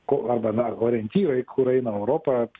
koi arba dar orientyrai kur eina europa vat